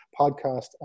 podcast